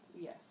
Yes